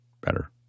better